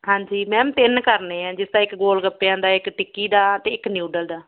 ਹਾਂਜੀ ਮੈਮ ਤਿੰਨ ਕਰਨੇ ਆ ਜਿਸ ਤਰ੍ਹਾਂ ਇੱਕ ਗੋਲ ਗੱਪਿਆਂ ਦਾ ਇੱਕ ਟਿੱਕੀ ਦਾ ਅਤੇ ਇੱਕ ਨਿਊਡਲ ਦਾ